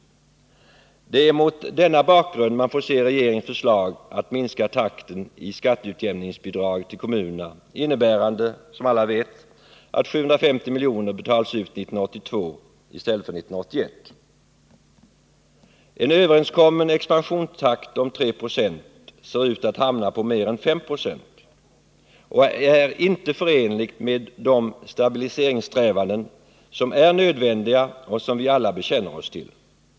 Det är mot denna bakgrund man får se regeringens förslag att minska takten i skatteutjämningsbidrag till kommunerna innebärande, som alla vet, att 750 milj.kr. betalas ut 1982 i stället för 1981. En överenskommen expansionstakt om 3 96 ser ut att hamna på mer än 5 Ye och är inte förenlig med de stabiliseringssträvanden som är nödvändiga och som vi alla bekänner oss till.